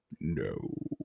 No